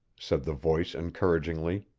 said the voice encouragingly,